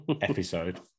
episode